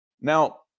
Now